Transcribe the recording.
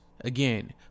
Again